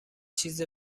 چیز